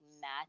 match